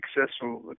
successful